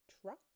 truck